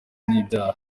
n’ibyaha